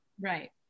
Right